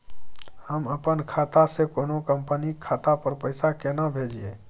हम अपन खाता से कोनो कंपनी के खाता पर पैसा केना भेजिए?